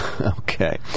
Okay